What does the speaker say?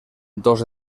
dos